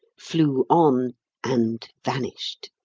flew on and vanished.